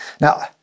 Now